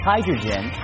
Hydrogen